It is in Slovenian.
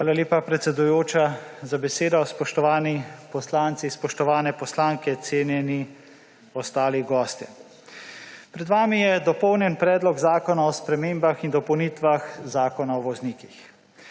Hvala lepa, predsedujoča za besedo. Spoštovani poslanci, spoštovane poslanke, cenjeni ostali gostje! Pred vami je dopolnjen Predlog zakona o spremembah in dopolnitvah Zakona o voznikih.